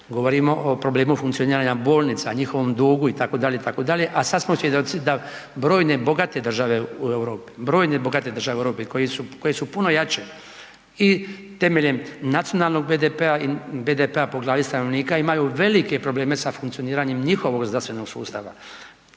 govorimo o problemu funkcioniranja bolnica, njihovom dugu itd., itd., a sada smo svjedoci da brojne bogate države u Europi koje su puno jače i temeljem nacionalnog BDP-a po glavi stanovnika imaju velike probleme sa funkcioniranjem njihovog zdravstvenog sustava.